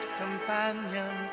companion